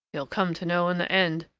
he'll come to know in the end.